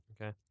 Okay